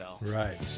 Right